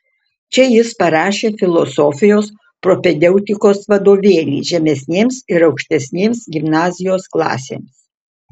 čia jis parašė filosofijos propedeutikos vadovėlį žemesnėms ir aukštesnėms gimnazijos klasėms